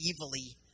evilly